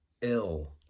ill